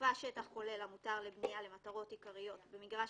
מוסיפה שטח כולל המותר לבנייה למטרות עיקריות במגרש